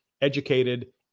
educated